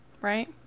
right